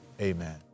Amen